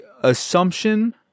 assumption